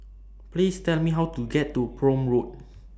Please Tell Me How to get to Prome Road